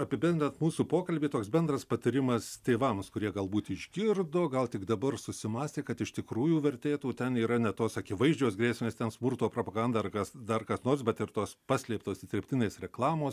apibendrinant mūsų pokalbį toks bendras patarimas tėvams kurie galbūt išgirdo gal tik dabar susimąstė kad iš tikrųjų vertėtų ten yra ne tos akivaizdžios grėsmės ten smurto propaganda ar kas dar kas nors bet ir tos paslėptos įterptinės reklamos